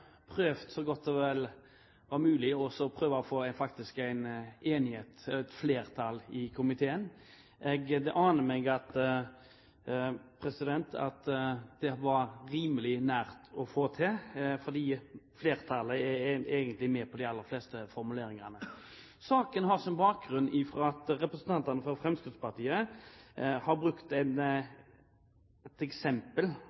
prøvd så godt det vel var mulig, å få et flertall i komiteen. Det aner meg at det var rimelig nær å få til, for flertallet er med på de aller fleste formuleringene. Saken har sin bakgrunn i et eksempel representantene fra Fremskrittspartiet har brukt: at medlemmer av en